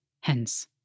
hence